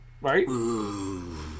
Right